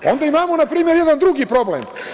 E, onda imamo jedan drugi problem.